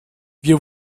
wir